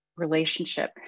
relationship